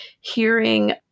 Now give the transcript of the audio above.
hearing